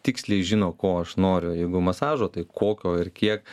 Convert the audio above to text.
tiksliai žino ko aš noriu jeigu masažo tai kokio ir kiek